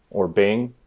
or bing,